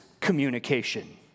communication